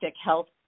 health